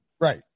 Right